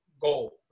goal